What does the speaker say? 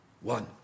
one